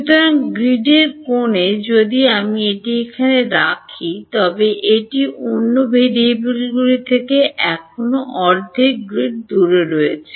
সুতরাং গ্রিডের কোণে যদি আমি এটি রাখি তবে এটি অন্য ভেরিয়েবলগুলি থেকে এখনও অর্ধেক গ্রিড দূরে রয়েছে